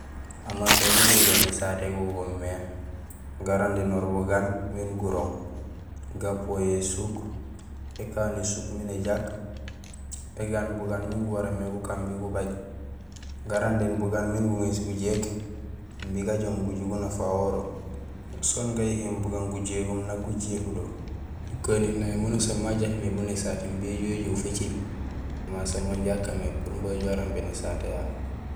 Amansa gujégol nésaté go goomé garandénoor bugaan miin gurooŋ, gapooy ésuk, ékaan ésuk miin éjak, égaan bugaan min guwaréén mé gukaan imbi gubaj, garandéén bugaan miin guŋéés gujéék imbi gajoom guju gunafahoro soon gayihéén bugaan gujégum nak gujéék do, mukanineey manasaan majak mé bu nésaté imbi éju éjoow facil manusaan minja akaan mé imbi uju arandéén ésaté yayu.